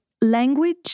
language